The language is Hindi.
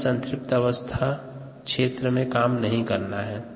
हमें संतृप्त अवस्था क्षेत्र में काम नहीं करना है